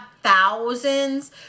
thousands